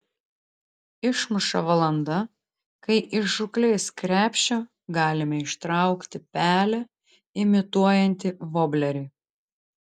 išmuša valanda kai iš žūklės krepšio galime ištraukti pelę imituojantį voblerį